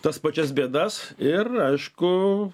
tas pačias bėdas ir aišku